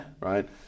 right